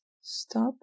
stop